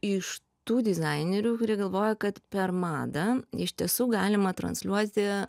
iš tų dizainerių kurie galvoja kad per madą iš tiesų galima transliuoti